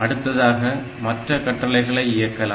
அடுத்ததாக மற்ற கட்டளைகளை இயக்கலாம்